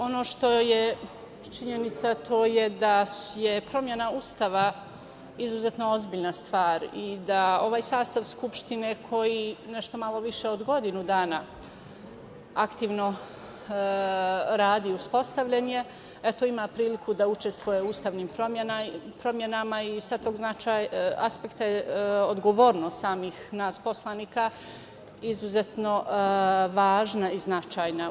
Ono što je činjenica to je da je promena Ustava izuzetno ozbiljna stvar i da ovaj sastav Skupštine koji nešto malo više od godinu dana aktivno radi, uspostavljen je, eto, ima priliku da učestvuje u ustavnim promenama i sa tog aspekta je odgovornost samih nas poslanika izuzetno važna i značajna.